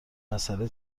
مسئله